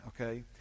okay